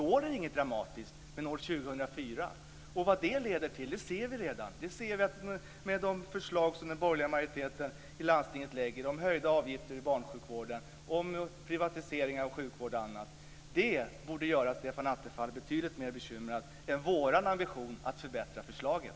I år är det inget dramatiskt, men år 2004 är det dramatiskt. Vi ser redan vad det här leder till. Den borgerliga majoriteten lägger fram förslag i landstinget om höjda avgifter för barnsjukvården, privatisering av sjukvård och annat. Det borde göra Stefan Attefall betydligt mer bekymrad än vår ambition att förbättra förslaget.